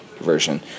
version